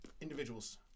individuals